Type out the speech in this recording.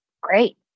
Great